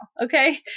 Okay